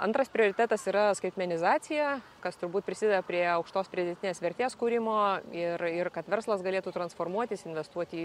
antras prioritetas yra skaitmenizacija kas turbūt prisideda prie aukštos pridėtinės vertės kūrimo ir ir kad verslas galėtų transformuotis investuoti